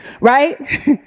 right